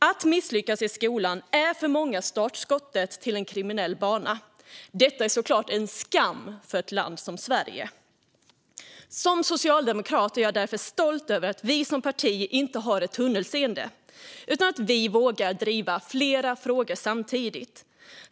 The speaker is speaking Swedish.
Att misslyckas i skolan är för många startskottet för en kriminell bana. Detta är såklart en skam för ett land som Sverige. Som socialdemokrat är jag därför stolt över att vi som parti inte har tunnelseende utan vågar driva flera frågor samtidigt.